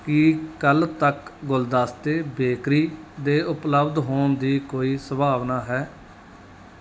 ਕੀ ਕੱਲ੍ਹ ਤੱਕ ਗੁਲਦਸਤੇ ਬੇਕਰੀ ਦੇ ਉਪਲੱਬਧ ਹੋਣ ਦੀ ਕੋਈ ਸੰਭਾਵਨਾ ਹੈ